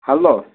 hello